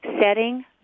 setting